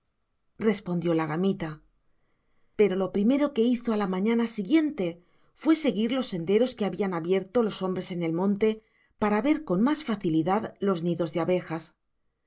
respondió la gamita pero lo primero que hizo a la mañana siguiente fue seguir los senderos que habían abierto los hombres en el monte para ver con más facilidad los nidos de abejas